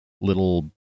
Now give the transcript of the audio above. little